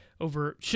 over –